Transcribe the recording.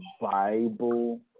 Bible